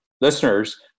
listeners